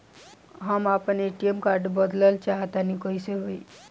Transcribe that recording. हम आपन ATM card बदलल चाह तनि कइसे होई?